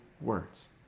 words